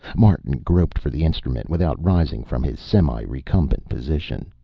martin groped for the instrument without rising from his semi-recumbent position.